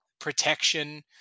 protection